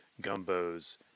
Gumbo's